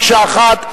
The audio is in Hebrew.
מקשה אחת.